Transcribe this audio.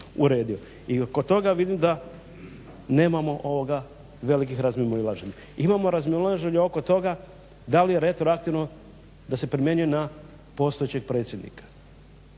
I oko toga vidim da nemamo velikih razmimoilaženja. Imamo razmimoilaženje oko toga dali je retroaktivno da se primjenjuje na postojećeg predsjednika.